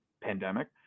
pandemic